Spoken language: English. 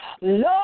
Lord